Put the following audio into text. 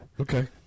Okay